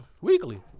Weekly